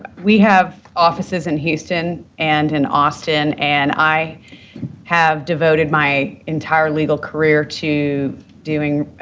we have offices in houston and in austin, and i have devoted my entire legal career to doing